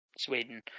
Sweden